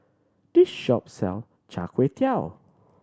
this shop sell chai kway tow